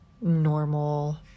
normal